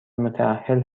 متاهل